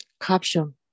Caption